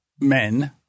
men